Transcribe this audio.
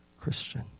Christian